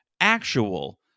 actual